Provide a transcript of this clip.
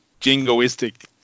jingoistic